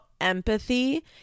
empathy